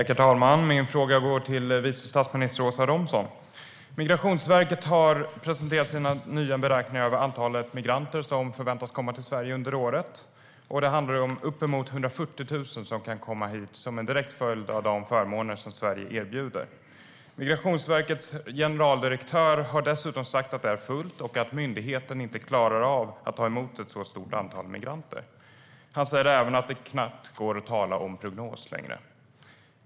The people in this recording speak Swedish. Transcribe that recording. Herr talman! Min fråga går till vice statsminister Åsa Romson. Migrationsverket har presenterat sina nya beräkningar av antalet migranter som förväntas komma till Sverige under året. Det handlar om uppemot 140 000 som kan komma hit som en direkt följd av de förmåner som Sverige erbjuder. Migrationsverkets generaldirektör har dessutom sagt att det är fullt och att myndigheten inte klarar av att ta emot ett så stort antal migranter. Han säger även att det knappt går att tala om prognos längre.